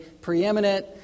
preeminent